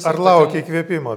ar lauki įkvėpimo